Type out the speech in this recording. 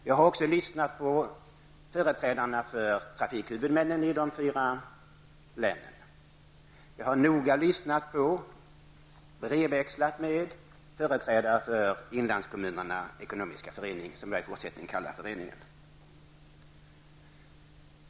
Jag har också lyssnat till företrädare för trafikhuvudmännen i de fyra länen. Jag har vidare noga lyssnat till och brevväxlat med företrädare för Inlandskommunerna Ekonomiska Förening.